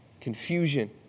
confusion